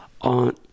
on